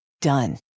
Done